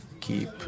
keep